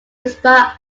expire